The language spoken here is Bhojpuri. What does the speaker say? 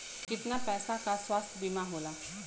कितना पैसे का स्वास्थ्य बीमा होला?